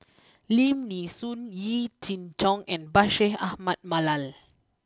Lim Nee Soon Yee Jenn Jong and Bashir Ahmad Mallal